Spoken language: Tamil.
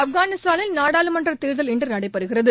ஆப்கானிஸ்தானின் நாடாளுமன்ற தேர்தல் இன்று நடைபெறுகிறது